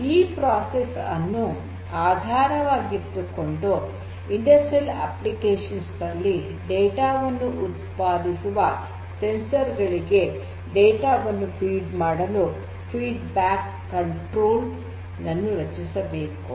ಈ ಪ್ರೋಸೆಸ್ ಅನ್ನು ಆಧಾರವಾಗಿಟ್ಟುಕೊಂಡು ಕೈಗಾರಿಕಾ ಅಪ್ಲಿಕೇಷನ್ಸ್ ನಲ್ಲಿ ಡೇಟಾ ವನ್ನು ಉತ್ಪಾದಿಸುವ ಸಂವೇದಕಗಳಿಗೆ ಡೇಟಾ ವನ್ನು ಫೀಡ್ ಮಾಡಲು ಫೀಡ್ ಬ್ಯಾಕ್ ಕಂಟ್ರೋಲ್ ನನ್ನು ರಚಿಸಬೇಕು